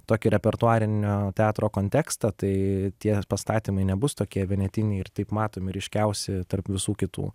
tokį repertuarinio teatro kontekstą tai tie pastatymai nebus tokie vienetiniai ir taip matomi ryškiausi tarp visų kitų